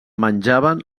menjaven